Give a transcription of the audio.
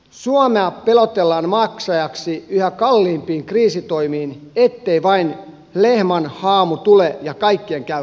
suomea pelotellaan maksajaksi yhä kalliimpiin kriisitoimiin ettei vain lehman haamu tule ja kaikkien käy kalpaten